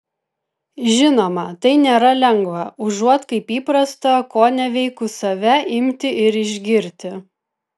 žinoma tai nėra lengva užuot kaip įprasta koneveikus save imti ir išgirti